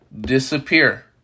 disappear